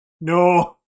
No